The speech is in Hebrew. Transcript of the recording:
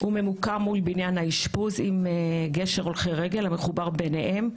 הוא ממוקם מול בניין האשפוז עם גשר הולכי רגל המחובר ביניהם.